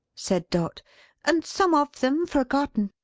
said dot and some of them forgotten.